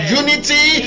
unity